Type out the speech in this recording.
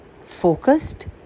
focused